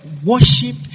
Worship